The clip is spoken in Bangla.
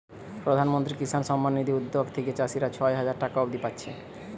প্রধানমন্ত্রী কিষান সম্মান নিধি উদ্যগ থিকে চাষীরা ছয় হাজার টাকা অব্দি পাচ্ছে